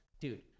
Dude